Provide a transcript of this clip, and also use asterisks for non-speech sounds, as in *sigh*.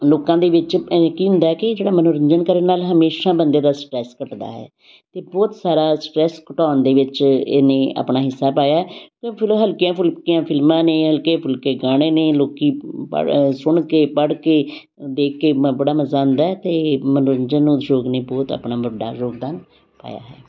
ਲੋਕਾਂ ਦੇ ਵਿੱਚ *unintelligible* ਕੀ ਹੁੰਦਾ ਕਿ ਜਿਹੜਾ ਮਨੋਰੰਜਨ ਕਰਨ ਨਾਲ ਹਮੇਸ਼ਾ ਬੰਦੇ ਦਾ ਸਟਰੈਸ ਘੱਟਦਾ ਹੈ ਅਤੇ ਬਹੁਤ ਸਾਰਾ ਸਟਰੈਸ ਘਟਾਉਣ ਦੇ ਵਿੱਚ ਇਹਨੇ ਆਪਣਾ ਹਿੱਸਾ ਪਾਇਆ ਹੈ ਅਤੇ ਫਿਲਮ ਹਲਕੀਆਂ ਫੁਲਕੀਆਂ ਫਿਲਮਾਂ ਨੇ ਹਲਕੇ ਫੁਲਕੇ ਗਾਣੇ ਨੇ ਲੋਕ ਬੜਾ ਸੁਣ ਕੇ ਪੜ੍ਹ ਕੇ ਦੇਖ ਕੇ ਮੈਂ ਬੜਾ ਮਜ਼ਾ ਆਉਂਦਾ ਅਤੇ ਮਨੋਰੰਜਨ ਉਦਯੋਗ ਨੇ ਬਹੁਤ ਆਪਣਾ ਵੱਡਾ ਯੋਗਦਾਨ ਪਾਇਆ ਹੈ